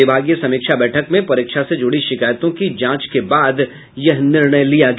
विभागीय समीक्षा बैठक में परीक्षा से जुड़ी शिकायतों की जांच के बाद यह निर्णय लिया गया